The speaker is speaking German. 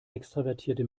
extravertierte